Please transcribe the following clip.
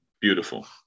Beautiful